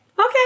Okay